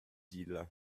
deal